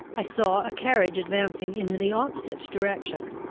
i saw a carriage advancing in the opposite direction.